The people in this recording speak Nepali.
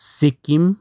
सिक्किम